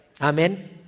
Amen